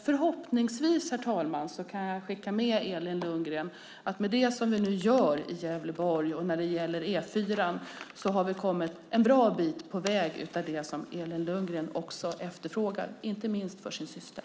Förhoppningsvis, herr talman, kan jag skicka med Elin Lundgren att med det som vi nu gör i Gävleborg och när det gäller E4:an har vi kommit en bra bit på väg i det som Elin Lundgren efterfrågar, inte minst för sin syster.